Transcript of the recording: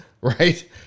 Right